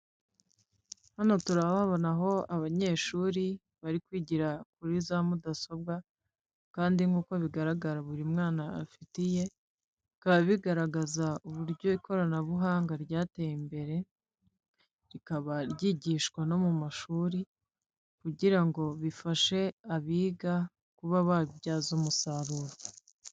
Hano turahabonaho abanyeshuri bari kwigira kuri za mudasobwa kandi nk'uko bigaragara buri mwana afitiye, bikaba bigaragaza uburyo ikoranabuhanga ryateye imbere rikaba ryigishwa no mu mashuri kugira ngo bifashe abiga kuba babibyaza umusaruro.